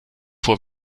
vor